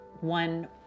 one